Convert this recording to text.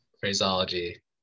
phraseology